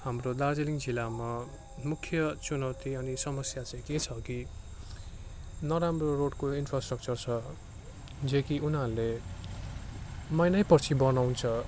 हाम्रो दार्जिलिङ जिल्लामा मुख्य चुनौती अनि समस्या चाहिँ के छ कि नराम्रो रोडको इन्फ्रास्ट्रक्चर छ जो कि उनीहरूले महिनै पछि बनाउँछ